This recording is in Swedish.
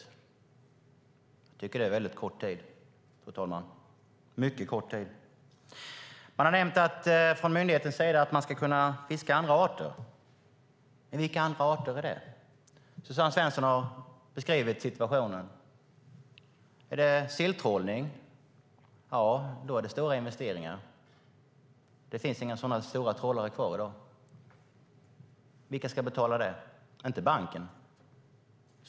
Jag tycker att det är väldigt kort tid, fru talman. Man har från myndighetens sida nämnt att man ska kunna fiska andra arter. Men vilka andra arter är det? Suzanne Svensson har beskrivit situationen. Är det silltrålning? Då behövs stora investeringar. Det finns inga sådana stora trålare kvar i dag. Vilka ska betala det? Det är inte banken.